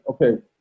okay